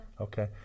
Okay